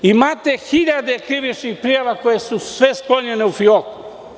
Imate hiljade krivičnih prijava koje su sklonjene u fioku.